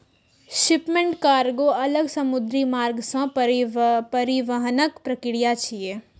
shipment कार्गों अलग समुद्री मार्ग सं परिवहनक प्रक्रिया छियै